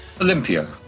olympia